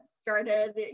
started